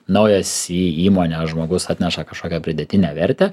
naujas į įmonę žmogus atneša kažkokią pridėtinę vertę